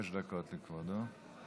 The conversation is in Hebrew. חמש דקות לכבודו.